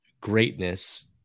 greatness